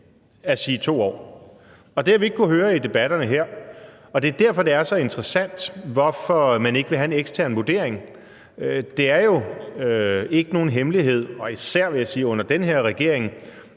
at sige 2 år, og det har vi ikke kunnet høre i debatterne her. Det er derfor, det er så interessant, hvorfor man ikke vil have en ekstern vurdering. Det er jo ikke nogen hemmelighed og – vil jeg sige – især under den her regering,